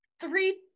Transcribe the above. three